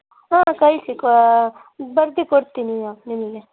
ಹಾಂ ಕಳಿಸಿ ಬರ್ದು ಕೊಡ್ತೀನಿ ನಿಮಗೆ